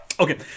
Okay